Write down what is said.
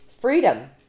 Freedom